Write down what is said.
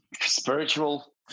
spiritual